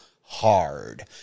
Hard